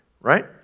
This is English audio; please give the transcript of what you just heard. right